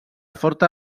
forta